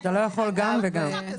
גם וגם.